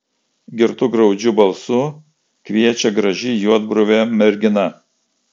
girtu graudžiu balsu kviečia graži juodbruvė mergina